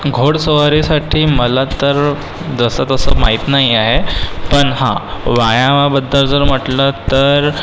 घोडेस्वारीसाठी मला तर जसंतसं माहीत नाही आहे पण हां व्यायामाबद्दल जर म्हटलं तर